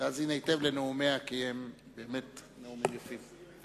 להאזין היטב לנאומיה, כי הם באמת נאומים יפים.